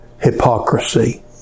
hypocrisy